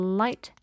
light